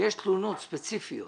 שיש תלונות ספציפיות,